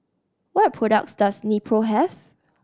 what products does Nepro have